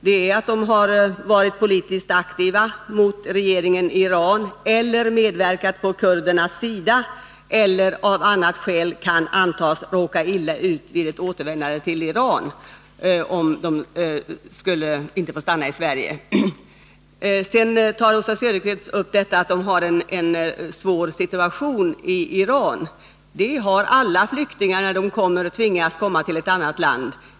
Det är att de varit politiskt aktiva mot regeringen i Iran, medverkat på kurdernas sida eller av annat skäl kan antas råka illa ut vid ett återvändande till Iran, om de inte skulle få stanna i Sverige. Sedan tar Oswald Söderqvist upp att de har en svår situation i Iran. Det har alla flyktingar när de tvingas komma till ett annat land.